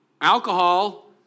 Alcohol